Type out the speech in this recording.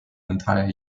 entire